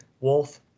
Wolf